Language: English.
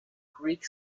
greek